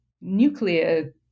nuclear